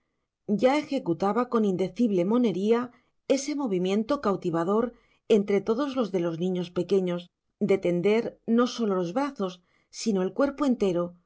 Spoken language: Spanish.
ya ejecutaba con indecible monería ese movimiento cautivador entre todos los de los niños pequeños de tender no sólo los brazos sino el cuerpo entero con